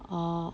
orh